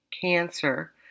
cancer